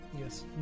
Yes